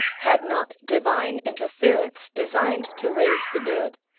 had not divine interference designed to raise the dead,